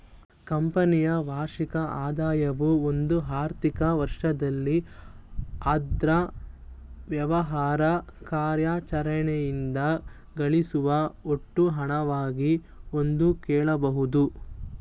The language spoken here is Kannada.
ಕಂಪನಿಯ ವಾರ್ಷಿಕ ಆದಾಯವು ಒಂದು ಆರ್ಥಿಕ ವರ್ಷದಲ್ಲಿ ಅದ್ರ ವ್ಯವಹಾರ ಕಾರ್ಯಾಚರಣೆಯಿಂದ ಗಳಿಸುವ ಒಟ್ಟು ಹಣವಾಗಿದೆ ಎಂದು ಹೇಳಬಹುದು